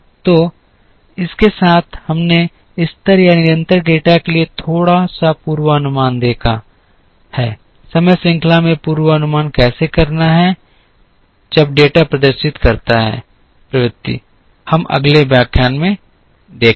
तो इसके साथ हमने स्तर या निरंतर डेटा के लिए थोड़ा सा पूर्वानुमान देखा है समय श्रृंखला में पूर्वानुमान कैसे करना है जब डेटा प्रदर्शित करता है प्रवृत्ति हम अगले व्याख्यान में देखेंगे